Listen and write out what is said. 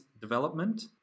development